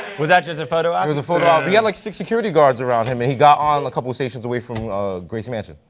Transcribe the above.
was that just a photo op? it was a photo op. he had like six security guards around him. and he got on a couple of stations away from gracie mansion.